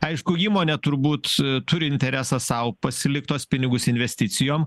aišku įmonė turbūt turi interesą sau pasilikt tuos pinigus investicijom